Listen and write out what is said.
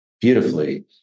beautifully